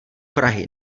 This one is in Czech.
prahy